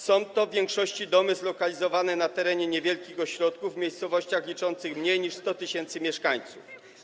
Są to w większości domy zlokalizowane na terenie niewielkich ośrodków, w miejscowościach liczących mniej niż 100 tys. mieszkańców.